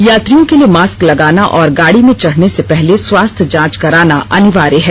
यात्रियों के लिए मास्क लगाना और गाड़ी में चढ़ने से पहले स्वास्थ्य जांच कराना अनिवार्य है